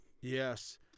Yes